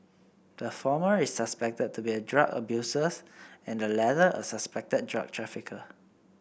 the former is suspected to be a drug abusers and the latter a suspected drug trafficker